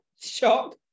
shock